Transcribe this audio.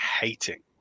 hating